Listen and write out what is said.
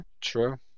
true